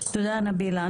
תודה, נבילה.